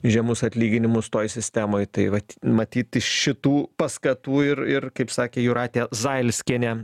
žemus atlyginimus toj sistemoj tai vat matyt iš šitų paskatų ir ir kaip sakė jūratė zailskienė